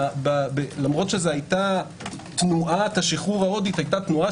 למרות שתנועת השחרור ההודית היתה תנועה